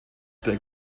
der